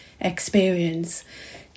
experience